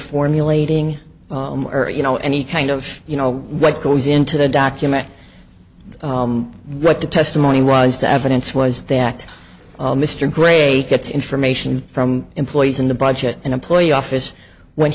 formulating or you know any kind of you know what goes into the document what the testimony was the evidence was that mr gray gets information from employees in the budget and employee office when